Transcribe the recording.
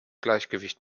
gleichgewicht